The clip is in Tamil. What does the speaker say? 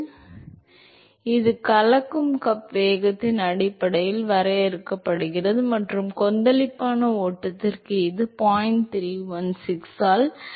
எனவே இது கலக்கும் கப் வேகத்தின் அடிப்படையில் வரையறுக்கப்படுகிறது மற்றும் கொந்தளிப்பான ஓட்டத்திற்கு இது 0